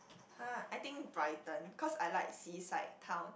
!huh! I think Brighton cause I like seaside town